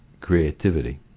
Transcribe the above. creativity